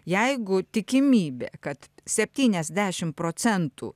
jeigu tikimybė kad septyniasdešim procentų